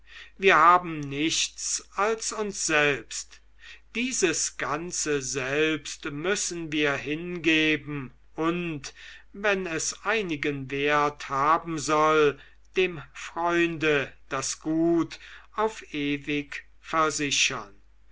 wir haben nichts als uns selbst dieses ganze selbst müssen wir hingeben und wenn es einigen wert haben soll dem freunde das gut auf ewig versichern